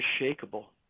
unshakable